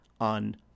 on